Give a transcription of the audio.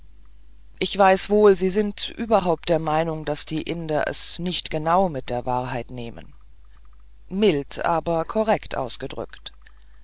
ich weiß wohl sie sind überhaupt der meinung daß die inder es nicht genau mit der wahrheit nehmen mild aber korrekt ausgedrückt